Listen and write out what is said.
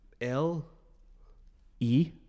L-E